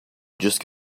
just